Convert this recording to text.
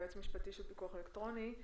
יועמ"ש פיקוח אלקטרוני.